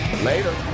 Later